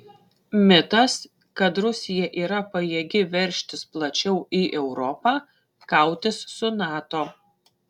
mitas kad rusija yra pajėgi veržtis plačiau į europą kautis su nato